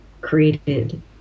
created